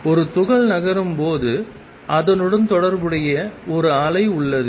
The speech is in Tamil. ஒரு துகள் நகரும் போது அதனுடன் தொடர்புடைய ஒரு அலை உள்ளது